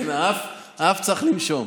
האף צריך לנשום,